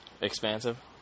Expansive